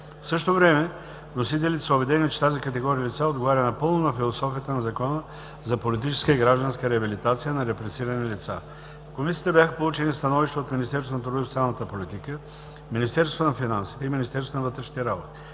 В същото време вносителите са убедени, че тази категория лица отговаря напълно на философията на Закона за политическа и гражданска реабилитация на репресирани лица. В комисията бяха получени становища от Министерство на труда и социалната политика, Министерство на финансите и Министерство на вътрешните работи.